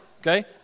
okay